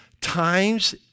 times